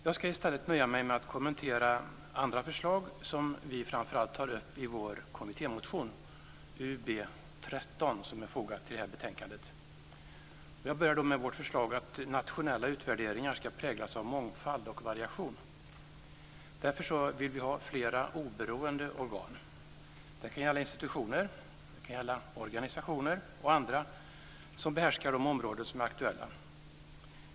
Jag ska i stället nöja mig med att kommentera andra förslag som vi tar upp framför allt i vår kommittémotion Ub13. Jag börjar med vårt förslag att nationella utvärderingar ska präglas av mångfald och variation. Därför vill vi ha flera oberoende organ. Det kan gälla institutioner, organisationer och andra som behärskar de områden som är aktuella.